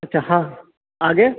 अच्छा हँ आगे